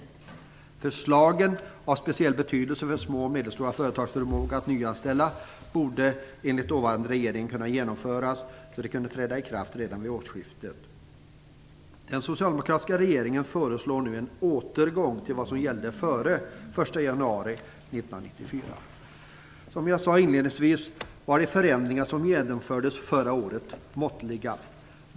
De förslag som är av en speciell betydelse för små och medelstora företags förmåga att nyanställa borde enligt den dåvarande regeringen kunna genomföras så att förändringarna skulle kunna träda i kraft redan vid årsskiftet. Som jag sade inledningsvis var de förändringar som genomfördes förra året måttliga.